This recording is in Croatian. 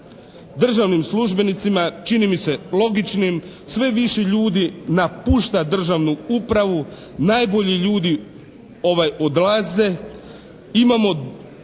državnim službenicima čini mi se logičnim. Sve više ljudi napušta državnu upravu, najbolji ljudi odlaze. Imamo